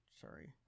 sorry